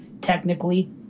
technically